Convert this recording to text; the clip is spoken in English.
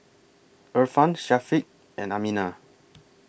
Irfan Syafiq and Aminah